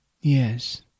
Yes